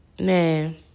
man